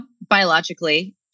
biologically